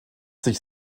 sich